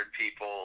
people